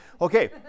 Okay